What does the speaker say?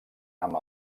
amb